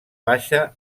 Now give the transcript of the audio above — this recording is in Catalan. baixa